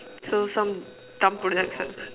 so some dumb project sets